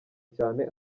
cyane